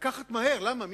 לקחת מהר, למה?